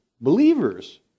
believers